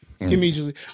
Immediately